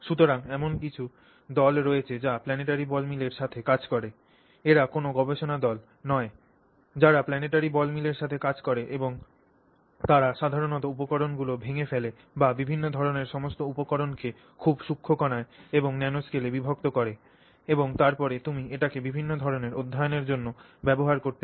সুতরাং এমন কিছু দল রয়েছে যারা planetary ball mill এর সাথে কাজ করে এরা কোনও গবেষণা দল নয় যারা planetary ball mill এর সাথে কাজ করে এবং তারা সাধারণত উপকরণগুলি ভেঙে ফেলে বা বিভিন্ন ধরণের সমস্ত উপকরণকে খুব সূক্ষ্ম কণায় এবং ন্যানোস্কলে বিভক্ত করে এবং তারপরে তুমি এটিকে বিভিন্ন ধরণের অধ্যয়নের জন্য ব্যবহার করতে পার